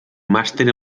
màster